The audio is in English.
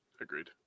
Agreed